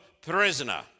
prisoner